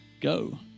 Go